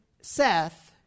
Seth